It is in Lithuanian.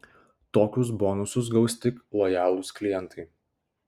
tokius bonusus gaus tik lojalūs klientai